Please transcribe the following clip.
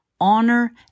honor